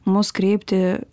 mus kreipti